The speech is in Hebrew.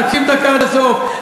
תקשיב דקה עד הסוף.